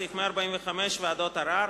סעיף 145 (ועדות ערר).